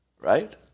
right